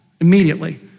immediately